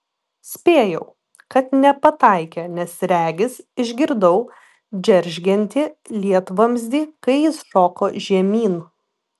spėjau kad nepataikė nes regis išgirdau džeržgiantį lietvamzdį kai jis šoko žemyn